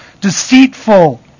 deceitful